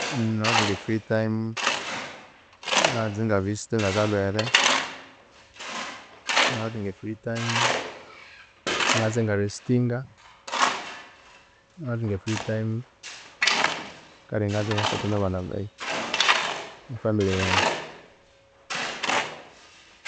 namathunga e free tiime nganza ingavisitinga abalhwere namahavinga efree time nganza ingarestinga, namahavinga free time kale nganza ingasatha nabana bayi nefamily yayi